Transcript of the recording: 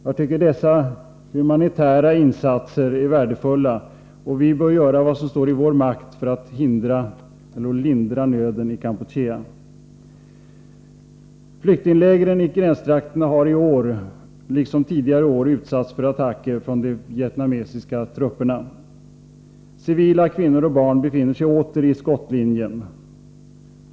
Jag tycker dessa humanitära insatser är värdefulla, och vi bör göra vad som står i vår makt för att hindra och lindra nöden i Kampuchea. Flyktinglägren i gränstrakterna har i år, liksom tidigare år, utsatts för attacker från de vietnamesiska trupperna. Civila, kvinnor och barn, befinner sig åter i skottlinjen.